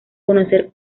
conocer